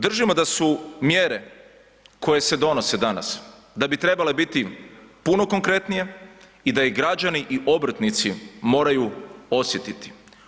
Držimo da su mjere koje se donose danas da bi trebale biti puno konkretnije i da ih građani i obrtnici moraju osjetiti.